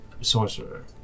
sorcerer